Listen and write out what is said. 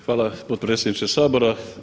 Hvala potpredsjedniče Sabora.